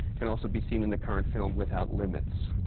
can also be seen in the current film without limits.